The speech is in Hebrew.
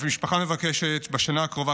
המשפחה מבקשת: בשנה הקרובה,